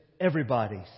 everybody's